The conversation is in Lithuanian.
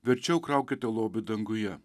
verčiau kraukite lobį danguje